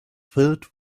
filled